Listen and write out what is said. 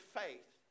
faith